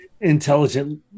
intelligent